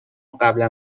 قبلا